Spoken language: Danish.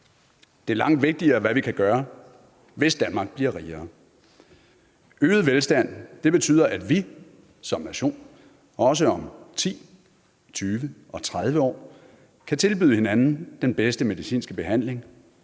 Det er langt vigtigere, hvad vi kan gøre, hvis Danmark bliver rigere. Øget velstand betyder, at vi som nation også om 10, 20 og 30 år kan tilbyde hinanden den bedste medicinske behandling,